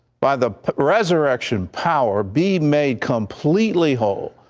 by the resurrection, power, be made completely whole,